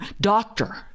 doctor